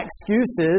excuses